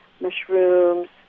mushrooms